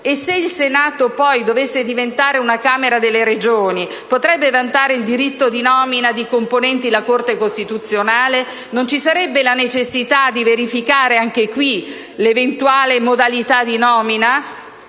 E, se il Senato, poi dovesse diventare una Camera delle Regioni, potrebbe vantare il diritto di nomina di componenti la Corte costituzionale? Non ci sarebbe la necessità di verificare anche qui l'eventuale modalità di nomina?